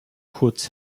kurz